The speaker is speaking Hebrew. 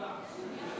שעה),